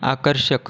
आकर्षक